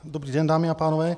Dobrý den, dámy a pánové.